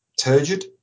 turgid